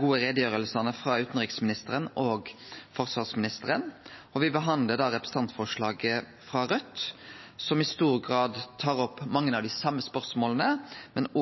gode utgreiingane – frå utanriksministeren og forsvarsministeren, og me har behandla representantforslaget frå Raudt, som i stor grad tar opp mange av dei same spørsmåla, men